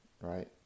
Right